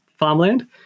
farmland